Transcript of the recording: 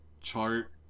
chart